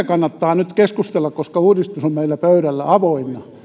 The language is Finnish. kannattaa nyt keskustella koska uudistus on meillä pöydällä avoinna